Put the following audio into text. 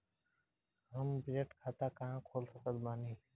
हम बचत खाता कहां खोल सकत बानी?